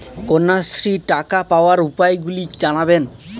কন্যাশ্রীর টাকা পাওয়ার উপায়গুলি জানাবেন?